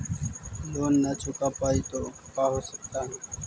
Loan न चुका पाई तो का हो सकता है?